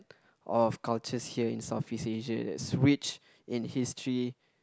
of cultures here in Southeast Asia that's rich in history